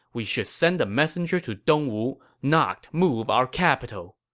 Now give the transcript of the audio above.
we should send a messenger to dongwu, not move our capital.